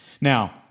Now